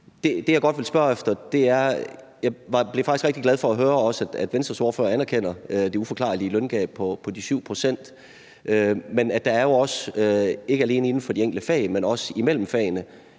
rigtig glad for at høre, at Venstres ordfører anerkender det uforklarlige løngab på de 7 pct., men der er ikke alene inden for de enkelte fag, men også mellem fagene